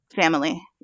family